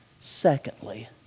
Secondly